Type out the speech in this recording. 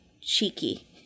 cheeky